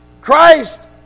Christ